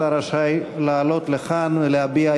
אתה רשאי לעלות לכאן להביע התנגדות.